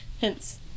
Hence